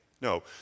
No